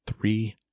three